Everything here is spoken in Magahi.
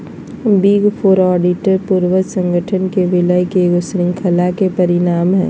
बिग फोर ऑडिटर पूर्वज संगठन के विलय के ईगो श्रृंखला के परिणाम हइ